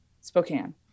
Spokane